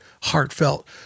heartfelt